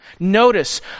Notice